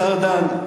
השר ארדן,